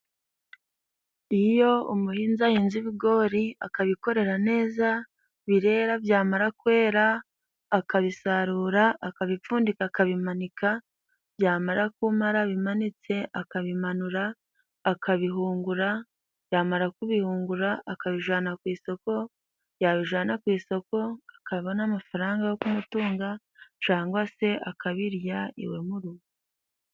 Iyo umuhinzi ahinze ibigori akabikorera neza, birera byamara kwera akabisarura, akabipfundika, akabimanika, byamara kuma bimanitse, akabimanura akabihungura, yamara kubihungura akabijana ku isoko, yabijana ku isoko akabona amafaranga yo kumutunga cangwa se akabirya iwe mu rugo.